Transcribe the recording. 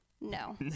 No